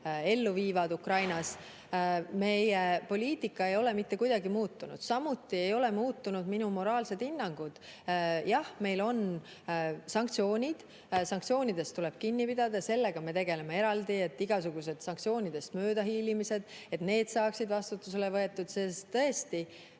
ellu viivad Ukrainas. Meie poliitika ei ole mitte kuidagi muutunud. Samuti ei ole muutunud minu moraalsed hinnangud. Jah, meil on sanktsioonid. Sanktsioonidest tuleb kinni pidada ja sellega me tegeleme eraldi, et igasuguste sanktsioonidest möödahiilimiste puhul saaks vastutusele võetud. Tõesti,